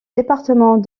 département